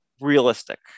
realistic